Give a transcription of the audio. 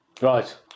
right